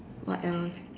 what else